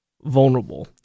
vulnerable